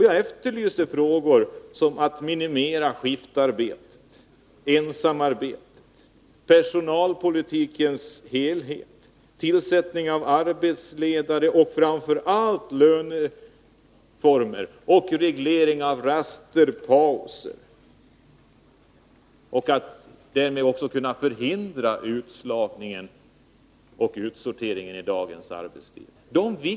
Jag efterlyser förslag beträffande minimering av skiftarbetet och ensamarbetet, personalpolitikens helhet, tillsättning av arbetsledare samt framför allt löneformer och reglering av raster och pauser för att därmed också kunna förhindra utslagning och utsortering i dagens arbetsliv.